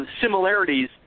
similarities